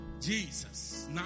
Jesus